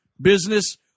business